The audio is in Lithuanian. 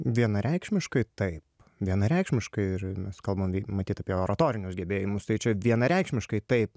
vienareikšmiškai taip vienareikšmiškai ir mes kalbam matyt apie oratorinius gebėjimus tai čia vienareikšmiškai taip